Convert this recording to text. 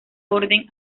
orden